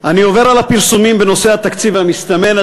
אני עובר על הפרסומים בנושא התקציב המסתמן,